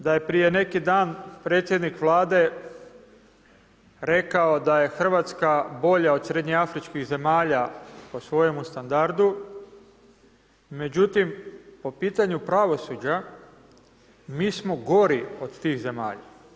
Zanimljivo je da je prije neki dan predsjednik Vlade rekao da je Hrvatska bolja od Srednjoafričkih zemalja po svojemu standardu, međutim, po pitanju pravosuđa mi smo gori od tih zemalja.